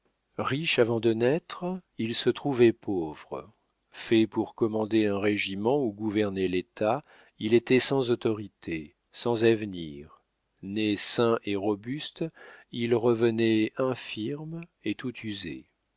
riche avant de naître il se trouvait pauvre fait pour commander un régiment ou gouverner l'état il était sans autorité sans avenir né sain et robuste il revenait infirme et tout usé